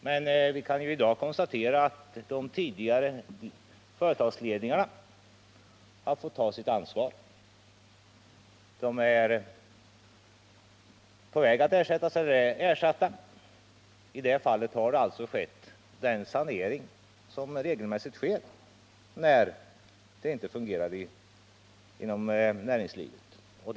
Men vi kan i dag konstatera att de tidigare företagsledningarna har fått ta sitt ansvar. De är på väg att ersättas eller är ersatta. Den sanering som regelmässigt sker när det inte fungerar inom näringslivet har alltså ägt rum.